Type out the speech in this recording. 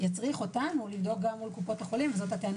יצריך אותנו לדאוג גם לקופות החולים זו הטענה